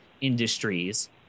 industries